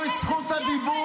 -- של טיפול בכל